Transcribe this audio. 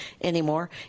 anymore